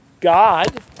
God